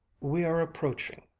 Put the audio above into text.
we are approaching,